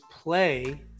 play